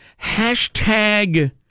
hashtag